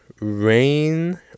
rain